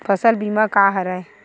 फसल बीमा का हरय?